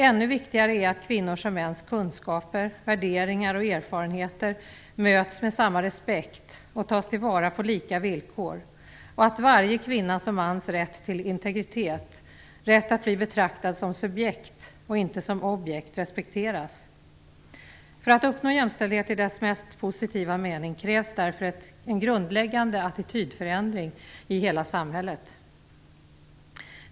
Ännu viktigare är att kvinnors och mäns kunskaper, värderingar och erfarenheter möts med samma respekt och tas till vara på lika villkor och att varje kvinnas och mans rätt till integritet, rätt att bli betraktad som subjekt och inte som objekt respekteras. För att uppnå jämställdhet i dess mest positiva mening krävs därför en grundläggande attitydförändring i hela samhället.